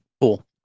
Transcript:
Cool